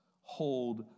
hold